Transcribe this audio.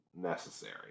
necessary